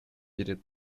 перед